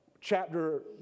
chapter